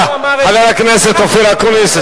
חבר הכנסת אופיר אקוניס,